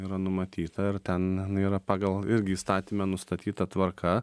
yra numatyta ir ten yra pagal irgi įstatyme nustatyta tvarka